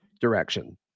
direction